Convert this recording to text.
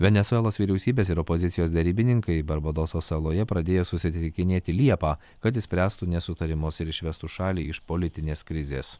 venesuelos vyriausybės ir opozicijos derybininkai barbadoso saloje pradėjo susitikinėti liepą kad išspręstų nesutarimus ir išvestų šalį iš politinės krizės